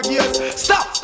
Stop